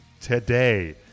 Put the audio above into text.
today